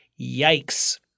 Yikes